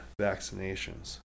Vaccinations